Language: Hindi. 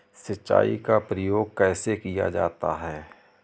सिंचाई का प्रयोग कैसे किया जाता है?